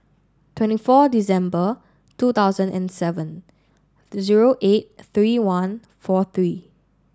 twenty four December two thousand and seven zero eight three one four three